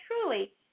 truly